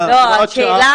בתקש"ח.